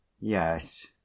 yes